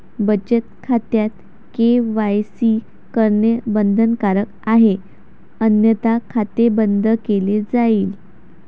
बचत खात्यात के.वाय.सी करणे बंधनकारक आहे अन्यथा खाते बंद केले जाईल